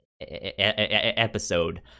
episode